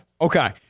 okay